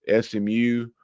SMU